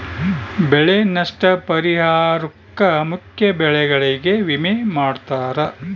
ಬೆಳೆ ನಷ್ಟ ಪರಿಹಾರುಕ್ಕ ಮುಖ್ಯ ಬೆಳೆಗಳಿಗೆ ವಿಮೆ ಮಾಡ್ತಾರ